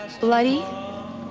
Bloody